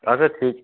আগে তুই